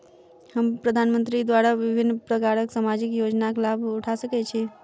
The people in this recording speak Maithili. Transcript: हम प्रधानमंत्री द्वारा विभिन्न प्रकारक सामाजिक योजनाक लाभ उठा सकै छी?